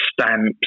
stamps